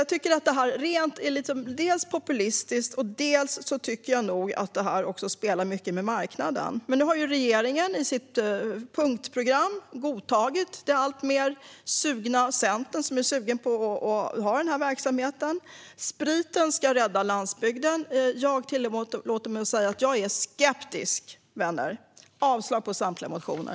Jag tycker dels att det är populistiskt, dels att det spelar mycket med marknaden. Men nu har regeringen i sitt 73-punktsprogram godtagit att ha den verksamheten, tack vare det alltmer sugna Centern. Spriten ska rädda landsbygden. Jag tillåter mig att säga att jag är skeptisk, vänner. Jag yrkar avslag på samtliga motioner.